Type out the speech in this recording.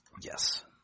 Yes